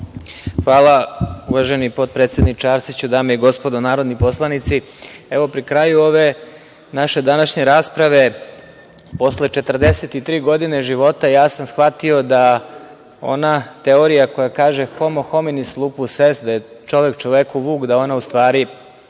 Hvala uvaženi potpredsedniče Arsiću, dame i gospodo narodni poslanici. Evo pri kraju ove naše današnje rasprave posle 43 godine života ja sam shvatio da ona teorija koja kaže „homo hominis lupus est“ čovek čoveku vuk, da je ona u stvari